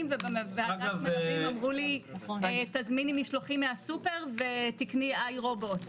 ועדיין אמרו לי תזמיני משלוחים מהסופר ותקני איי-רובוט,